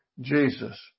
Jesus